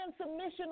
submission